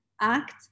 act